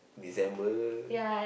December